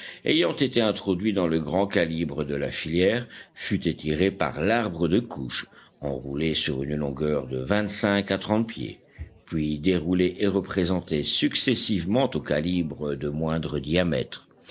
ayant été introduit dans le grand calibre de la filière fut étiré par l'arbre de couche enroulé sur une longueur de vingt-cinq à trente pieds puis déroulé et représenté successivement aux calibres de moindre diamètre